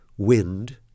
wind